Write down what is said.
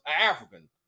African